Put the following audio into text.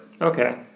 Okay